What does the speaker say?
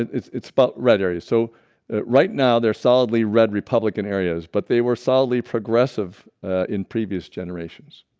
it's it's about red areas so right now they're solidly red republican areas, but they were solidly progressive ah in previous generations